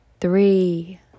three